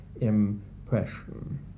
impression